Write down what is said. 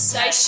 Say